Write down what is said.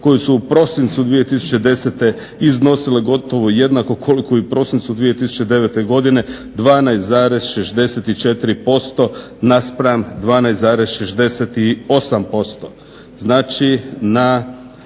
koje su u prosincu 2010. iznosile gotovo jednako koliko u prosincu 2009. godine, 12,64% naspram 12,68%